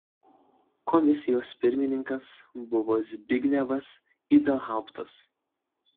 komisijos pirmininkas buvo zbignevas ibelhauptas